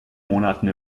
monaten